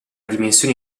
dimensioni